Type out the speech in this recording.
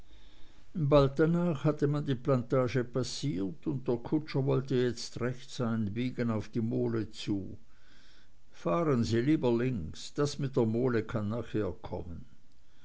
bald danach hatte man die plantage passiert und der kutscher wollte jetzt rechts einbiegen auf die mole zu fahren sie lieber links das mit der mole kann nachher kommen